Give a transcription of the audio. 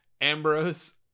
Ambrose